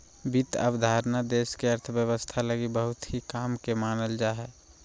वित्त अवधारणा देश के अर्थव्यवस्था लगी बहुत ही काम के मानल जा हय